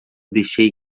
deixei